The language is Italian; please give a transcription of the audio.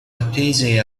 attese